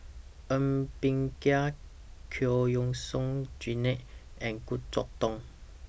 Ng Bee Kia Giam Yean Song Gerald and Goh Chok Tong